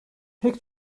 pek